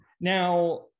now